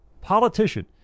politician